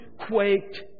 quaked